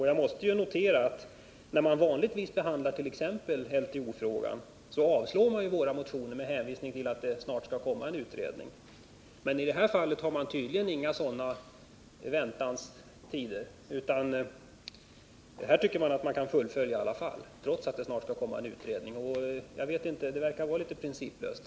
Jag måste notera att när man vanligtvis behandlar exempelvis LTO-frågan, avstyrker man våra motioner med hänvisning till att det snart skall tillsättas en utredning, men i det här fallet har man tydligen inga sådana ”väntans tider”, utan man tycker att man kan fullfölja propositionens förslag trots att det snart skall komma en utredning. Det tycker jag verkar litet principlöst.